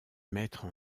mettre